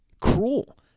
cruel